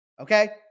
Okay